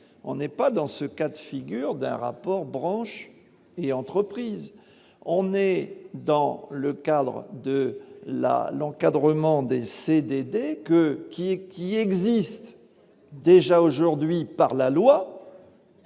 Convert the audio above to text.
on n'est pas dans ce cas de figure d'un rapport branches et entreprises, on est dans le cadre de la l'encadrement des CDD que : qui est qui existent déjà aujourd'hui par la loi.